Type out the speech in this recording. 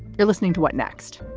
you're listening to what next.